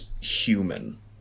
human